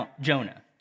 Jonah